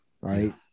right